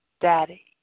Daddy